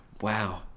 Wow